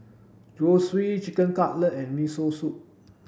Zosui Chicken Cutlet and Miso Soup